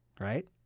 right